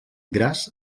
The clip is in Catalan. gras